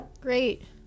Great